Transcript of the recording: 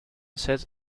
set